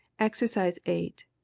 exercise eight.